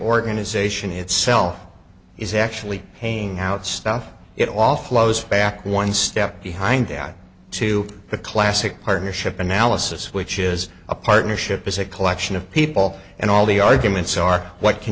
organization itself is actually paying out stuff it offloads back one step behind that to the classic partnership analysis which is a partnership is a collection of people and all the arguments are what can